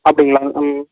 அப்படிங்களா ம்